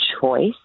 choice